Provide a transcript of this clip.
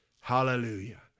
Hallelujah